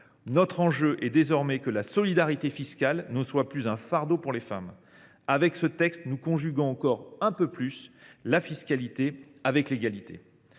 notre objectif est que la solidarité fiscale cesse d’être un fardeau pour les femmes. Avec ce texte, nous conjuguons encore un peu plus la fiscalité avec l’égalité.